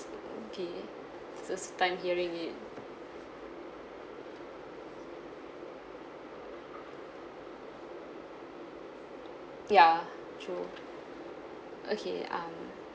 okay first time hearing it ya true okay um